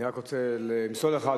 אני רק רוצה למסור לך,